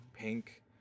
pink